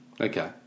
Okay